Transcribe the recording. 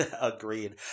Agreed